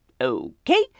okay